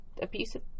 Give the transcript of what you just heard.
abusive